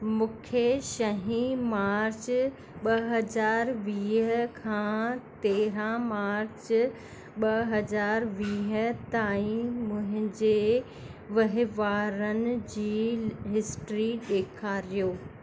मूंखे छहीं मार्च ॿ हज़ार वीह खां तेरहां मार्च ॿ हज़ार वीह ताईं मुंहिंजे वहिंवारनि जी हिस्ट्री ॾेखारियो